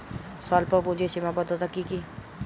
স্বল্পপুঁজির সীমাবদ্ধতা কী কী?